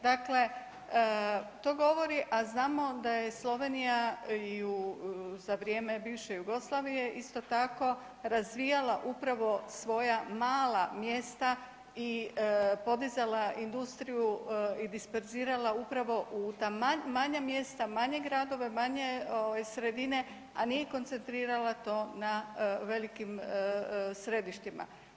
Dakle, to govori, a znamo da je Slovenija i za vrijem bivše Jugoslavije isto tako razvijala upravo svoja mala mjesta i podizala industriju i disperzirala upravo u ta manja mjesta, manje gradove, manje sredine, a nije koncentrirala to na velikim središtima.